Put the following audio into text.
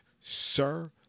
Sir